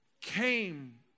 came